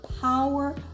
power